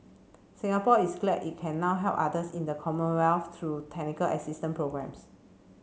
Singapore is glad it can now help others in the Commonwealth through technical assistance programs